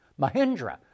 Mahindra